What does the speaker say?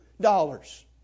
dollars